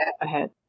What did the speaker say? ahead